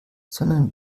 sondern